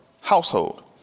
household